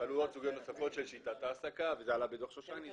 כשעלו סוגיות נוספות של שיטת העסקה וזה עלה בדו"ח שושני.